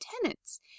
tenants